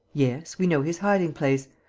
yes, we know his hiding-place.